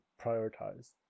prioritized